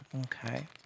Okay